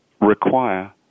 require